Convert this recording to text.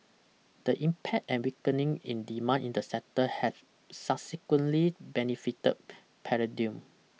the impact and weakening in demand in that sector has subsequently benefited palladium